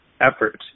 effort